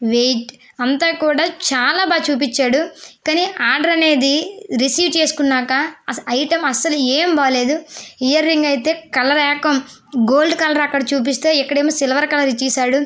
white అంత కూడా చాలా బాగా చూపించాడు కానీ ఆర్డర్ అనేది రిసీవ్ చేసుకున్నాక అసలు ఐటమ్ అసలు ఏమి బాగలేదు ఇయర్ రింగ్ అయితే కలర్ ఏకం గోల్డ్ కలర్ అక్కడ చూపిస్తే ఇక్కడ సిల్వర్ కలర్ ఇచ్చాడు